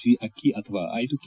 G ಅಕ್ಷಿ ಅಥವಾ ಐದು ಕೆ